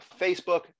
Facebook